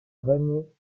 rené